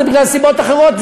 זה מסיבות אחרות,